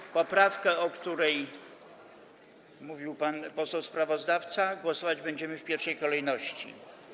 Nad poprawką, o której mówił pan poseł sprawozdawca, głosować będziemy w pierwszej kolejności.